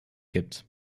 gibt